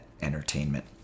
entertainment